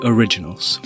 Originals